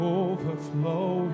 overflow